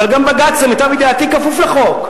אבל גם בג"ץ, למיטב ידיעתי, כפוף לחוק.